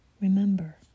remember